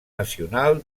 nacional